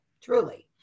truly